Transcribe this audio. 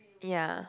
ya